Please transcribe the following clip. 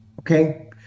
Okay